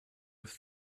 have